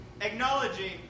acknowledging